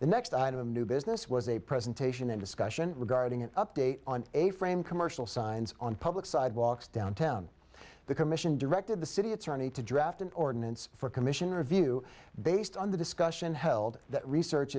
the next new business was a presentation in discussion regarding an update on a frame commercial signs on public sidewalks downtown the commission directed the city attorney to draft an ordinance for commissioner view based on the discussion held that research